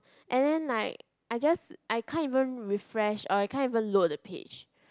and then like I just I can't even refresh or I can't even load the page